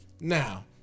Now